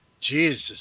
Jesus